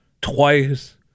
twice